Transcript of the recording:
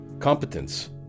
Competence